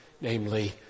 Namely